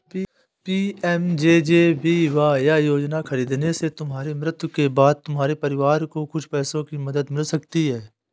PMJJBY योजना खरीदने से तुम्हारी मृत्यु के बाद तुम्हारे परिवार को कुछ पैसों की मदद मिल सकती है